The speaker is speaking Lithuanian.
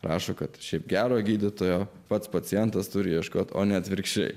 rašo kad šiaip gero gydytojo pats pacientas turi ieškoti o ne atvirkščiai